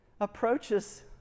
approaches